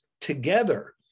together